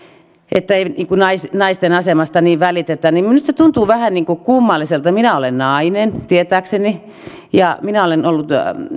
että ei naisten naisten asemasta niin välitetä minusta se tuntuu vähän kummalliselta minä olen nainen tietääkseni ja minä olen ollut